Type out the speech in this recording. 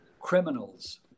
criminals